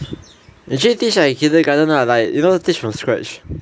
actually teach like kindergarten ah like you know like teach from scratch